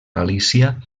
galícia